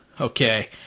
Okay